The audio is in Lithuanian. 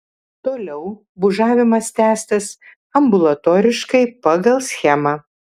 toliau bužavimas tęstas ambulatoriškai pagal schemą